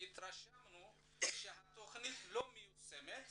התרשמנו שהתכנית לא מיושמת